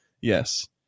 Yes